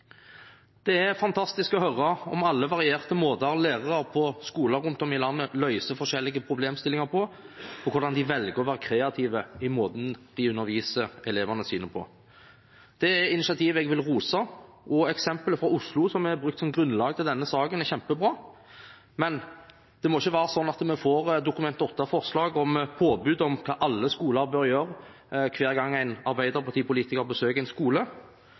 Det er fantastisk å høre om alle varierte måter lærere på skoler rundt om i landet løser forskjellige problemstillinger på, og hvordan de velger å være kreative i måten de underviser elevene sine på. Det er initiativ jeg vil rose, og eksemplet fra Oslo som er brukt som grunnlag for denne saken, er kjempebra. Men det må ikke være sånn at vi får Dokument 8-forslag om påbud om hva alle skoler bør gjøre, hver gang en Arbeiderparti-politiker besøker en skole.